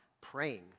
praying